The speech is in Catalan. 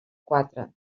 quatre